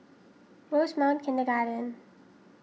Rosemount Kindergarten